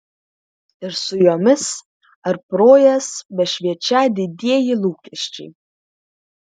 ir su jomis ar pro jas bešviečią didieji lūkesčiai